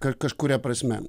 kad kažkuria prasme